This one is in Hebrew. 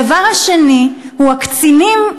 הדבר השני הוא הקצינים.